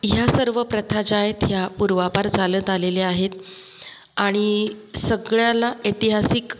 ह्या सर्व प्रथा ज्या आहेत ह्या पूर्वापार चालत आलेल्या आहेत आणि सगळ्याला ऐतिहासिक